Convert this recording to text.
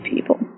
people